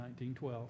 1912